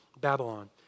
Babylon